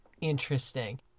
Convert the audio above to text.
interesting